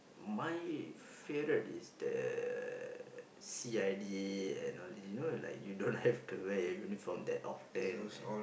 my favourite is the C_I_D and all this you know you like you don't have to wear uniform that often